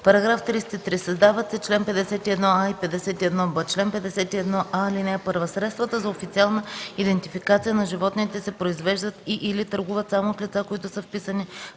§ 33: „§ 33. Създават се чл. 51а и 51б: „Чл. 51а. (1) Средствата за официална идентификация на животните се произвеждат и/или търгуват само от лица, които са вписани